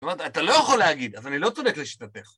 זאת אומרת, אתה לא יכול להגיד, אז אני לא צודק לשיטתך.